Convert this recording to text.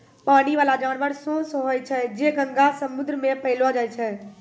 पानी बाला जानवर सोस होय छै जे गंगा, समुन्द्र मे पैलो जाय छै